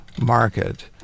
market